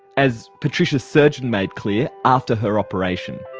as patricia's surgeon made clear after her operation.